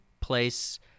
place –